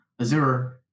Azure